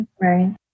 Right